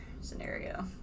scenario